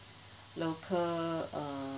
local uh